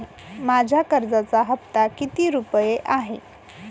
माझ्या कर्जाचा हफ्ता किती रुपये आहे?